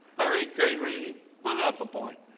our eighth grade reading went up a point.